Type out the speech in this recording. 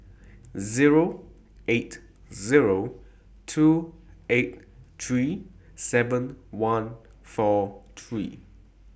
Zero eight Zero two eight three seven one four three